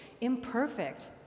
imperfect